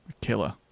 Killer